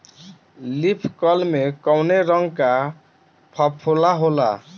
Leaf curl में कौने रंग का फफोला होला?